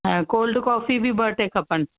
ऐं cold coffee बि ॿ टे खपनि